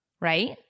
Right